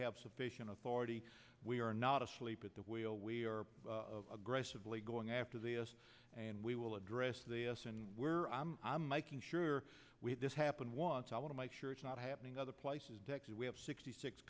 have sufficient authority we are not asleep at the wheel we are of aggressively going after the us and we will address and we're i'm i'm making sure we had this happen once i want to make sure it's not happening other places we have sixty six